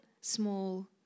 small